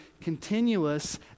continuous